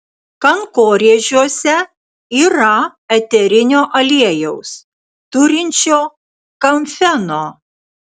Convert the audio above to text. kankorėžiuose yra eterinio aliejaus turinčio kamfeno